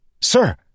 Sir